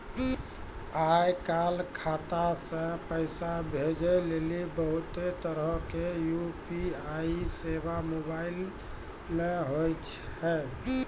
आय काल खाता से पैसा भेजै लेली बहुते तरहो के यू.पी.आई सेबा मोबाइल मे होय छै